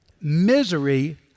misery